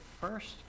first